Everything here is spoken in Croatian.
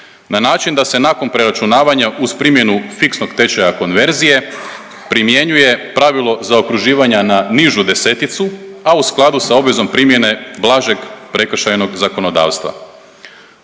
na način da se nakon preračunavanja uz primjenu fiksnog tečaja konverzije primjenjuje pravilo zaokruživanja na nižu deseticu, a u skladu sa obvezom primjene blažeg prekršajnog zakonodavstva.